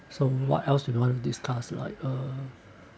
so what else you wanna discuss like uh